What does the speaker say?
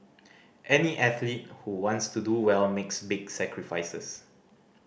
any athlete who wants to do well makes big sacrifices